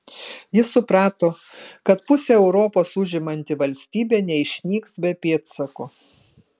jis suprato kad pusę europos užimanti valstybė neišnyks be pėdsako